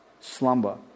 Slumber